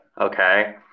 Okay